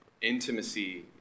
intimacy